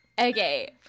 Okay